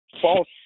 false